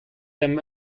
them